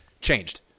changed